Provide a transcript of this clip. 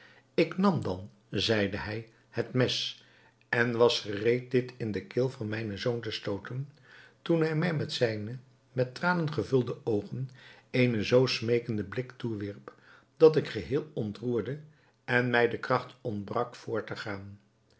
ik nam dan zeide hij het mes en was gereed dit in de keel van mijnen zoon te stooten toen hij mij met zijne met tranen gevulde oogen eenen zoo smeekenden blik toewierp dat ik geheel ontroerde en mij de kracht ontbrak voort te gaan